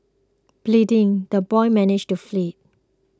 bleeding the boy managed to flee